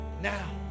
now